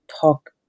talk